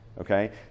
Okay